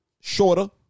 shorter